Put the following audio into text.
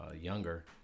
younger